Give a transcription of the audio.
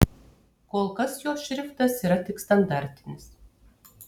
kol kas jos šriftas yra tik standartinis